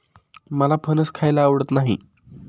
मला फणस खायला आवडत नाही